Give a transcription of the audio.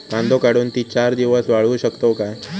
कांदो काढुन ती चार दिवस वाळऊ शकतव काय?